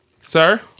sir